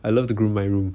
I loved groom my room